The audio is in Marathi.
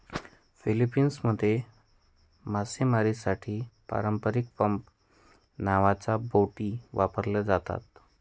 फिलीपिन्समध्ये मासेमारीसाठी पारंपारिक पंप नावाच्या बोटी वापरल्या जातात